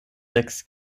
sechs